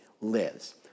lives